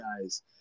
guys